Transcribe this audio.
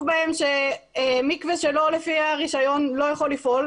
בהם שמקווה שלא לפי הרישיון לא יכול לפעול,